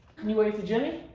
can you wave to jimmy?